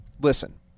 listen